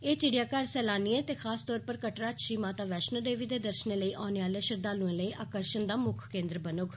एह् विड़ियाघर सैलानिएं ते खासतौरा पर कटड़ा च श्री माता वैष्णो देवी दे दर्शनें लेई औने आले श्रद्वालुएं लेई आकर्शण दा मुक्ख केन्द्र बनोग